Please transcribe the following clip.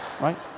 Right